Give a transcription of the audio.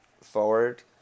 forward